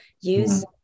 use